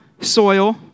soil